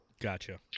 Gotcha